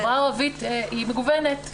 החברה הערבית היא מגוונת.